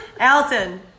Alton